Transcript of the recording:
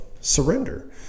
surrender